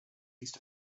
east